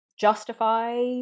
justify